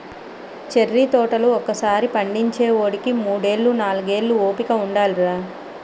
cherry తోటలు ఒకసారి పండించేవోడికి మూడేళ్ళు, నాలుగేళ్ళు ఓపిక ఉండాలిరా